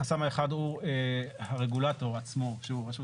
החסם האחד הוא הרגולטור עצמו שהוא רשות